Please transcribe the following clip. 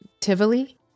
Tivoli